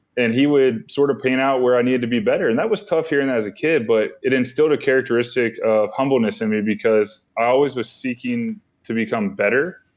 and he would sort of paint out where i needed to be better and that was tough hearing that as a kid but it instilled a characteristic of humbleness in me because i always was seeking to become better.